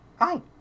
Hi